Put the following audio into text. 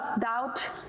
Doubt